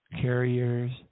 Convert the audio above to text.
Carriers